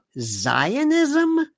Zionism